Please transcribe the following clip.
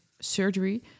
surgery